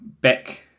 back